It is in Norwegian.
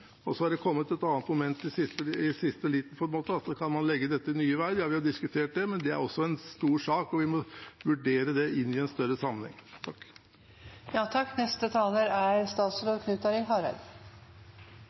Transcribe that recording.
Og så har det kommet et annet moment i siste liten, om man kan legge dette til Nye Veier. Vi har jo diskutert det, men det er også en stor sak, og vi må vurdere det inn i en større sammenheng. Eg skal ikkje forlengje debatten mykje, men eg synest det er